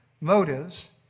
motives